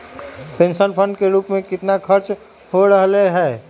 Pension fund के रूप में कितना खर्च हो रहले है?